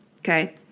okay